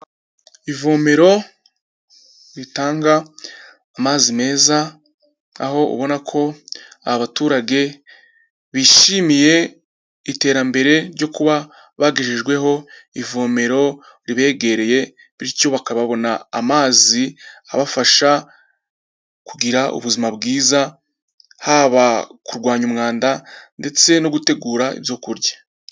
Ivomero ritanga amazi meza, aho ubona ko abaturage bishimiye iterambere ryo kuba bagejejweho ivomero ribegereye bityo baka babona amazi, abafasha kugira ubuzima bwiza, haba kurwanya umwanda ndetse no gutegura ibyo kurya.